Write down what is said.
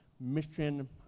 mission